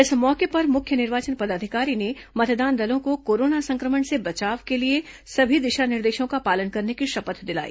इस मौके पर मुख्य निर्वाचन पदाधिकारी ने मतदान दलों को कोरोना संक्रमण से बचाव के लिए सभी दिशा निर्देशों का पालन करने की शपथ दिलाई